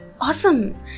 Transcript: awesome